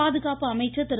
பாதுகாப்பு அமைச்சர் திரு